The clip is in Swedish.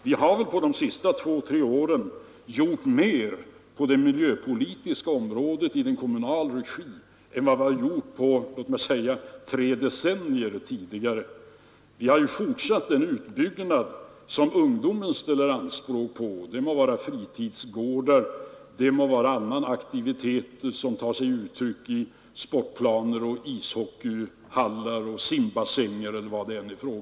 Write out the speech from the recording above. Vi har väl under de senaste två till tre åren gjort mer på det miljöpolitiska området i kommunal regi än vi tidigare gjort på låt mig säga tre decennier. Vi har bl.a. fortsatt en utbyggnad — som ungdomen ställer anspråk på — av t.ex. fritidsgårdar, sportplaner, ishallar och simbassänger.